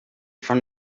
from